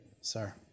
sir